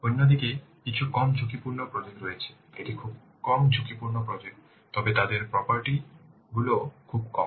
অন্যদিকে কিছু কম ঝুঁকিপূর্ণ প্রজেক্ট রয়েছে এটি খুব কম ঝুঁকিপূর্ণ প্রজেক্ট তবে তাদের প্রপার্টিগুলিও খুব কম